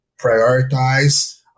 prioritize